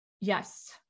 Yes